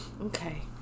Okay